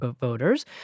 voters